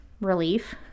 relief